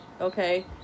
okay